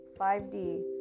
5d